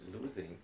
losing